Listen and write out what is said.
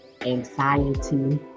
anxiety